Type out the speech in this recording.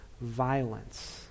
violence